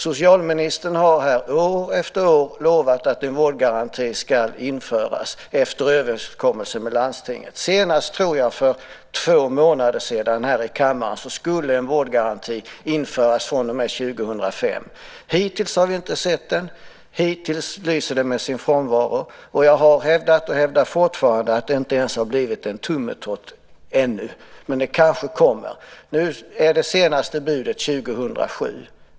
Socialministern har här år efter år lovat att en vårdgaranti ska införas efter överenskommelse med landstinget. Senast för två månader sedan, tror jag, sades det här i kammaren att en vårdgaranti skulle införas från och med 2005. Hittills har vi inte sett den. Hittills lyser den med sin frånvaro. Och jag har hävdat och hävdar fortfarande att det ännu inte ens har blivit en tummetott. Men det kanske kommer. Nu är det senaste budet 2007.